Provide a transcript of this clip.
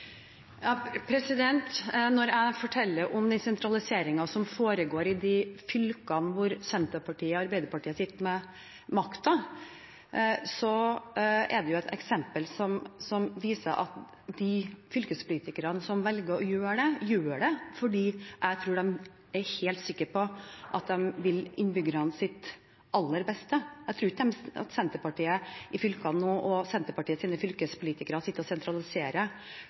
Når jeg forteller om sentraliseringen som foregår i de fylkene hvor Senterpartiet og Arbeiderpartiet sitter med makten, er det et eksempel som viser at de fylkespolitikerne som velger å gjøre det, gjør det fordi – tror jeg – de er helt sikre på at de vil innbyggernes aller beste. Jeg tror ikke at Senterpartiets fylkespolitikere sitter og